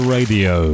Radio